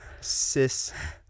Cis